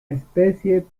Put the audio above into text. especie